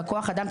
בכוח אדם,